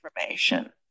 information